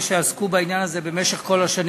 מבקש להודות לכל אלה שעסקו בעניין הזה במשך כל השנים,